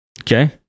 Okay